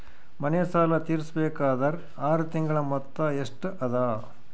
ಮನೆ ಸಾಲ ತೀರಸಬೇಕಾದರ್ ಆರ ತಿಂಗಳ ಮೊತ್ತ ಎಷ್ಟ ಅದ?